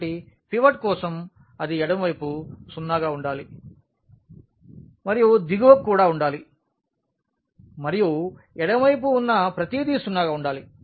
కాబట్టి పివట్ కోసం అది ఎడమవైపు 0 గా ఉండాలి మరియు దిగువకు కూడా ఉండాలి మరియు ఎడమ వైపున ఉన్న ప్రతిదీ 0 గా ఉండాలి